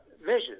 measures